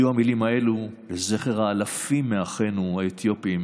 יהיו המילים האלה לזכר האלפים מאחינו האתיופים